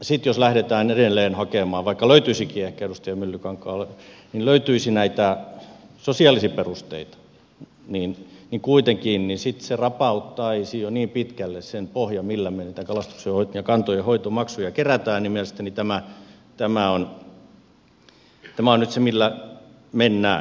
sitten jos lähdetään edelleen hakemaan ja vaikka löytyisikin näitä sosiaalisia perusteita niin sitten se rapauttaisi jo niin pitkälle sen pohjan millä me näitä kalakantojen hoitomaksuja kerätään joten mielestäni tämä on nyt se millä mennään